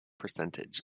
percentage